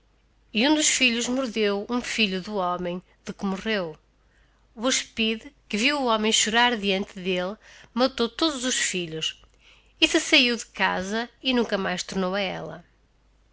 e hum dos filhos mordeo hum fdho do homem de que morreo o áspide que vio o homem chorar diante delle matou todos os filhos e se sahio de casa e nunca mais tornou a ella